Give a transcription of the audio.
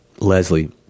Leslie